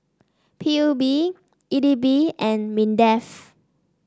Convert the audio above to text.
P U B E D B and Mindef